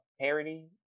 parody